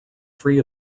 free